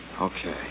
Okay